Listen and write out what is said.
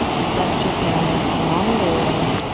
as best you can along the way.